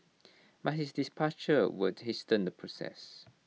but his departure will hasten the process